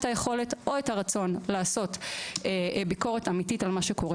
היכולת או הרצון לעשות ביקורת אמיתית על מה שקורה